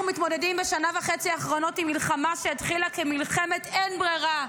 אנחנו מתמודדים בשנה וחצי האחרונות עם מלחמה שהתחילה כמלחמת אין ברירה,